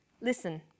Listen